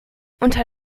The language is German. unter